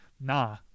nah